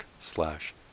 slash